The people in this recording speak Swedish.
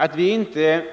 Att vi inte